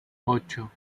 ocho